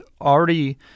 already